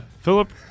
Philip